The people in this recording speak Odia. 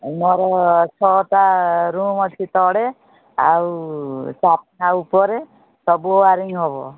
ମୋର ଛଅଟା ରୁମ୍ ଅଛି ତଳେ ଆଉ ଚାରିଟା ଉପରେ ସବୁ ୱାରିଙ୍ଗ୍ ହେବ